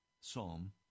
Psalm